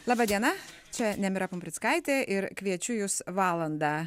laba diena čia nemira pumprickaitė ir kviečiu jus valandą